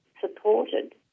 supported